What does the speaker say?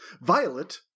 Violet